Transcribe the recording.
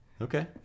Okay